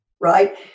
right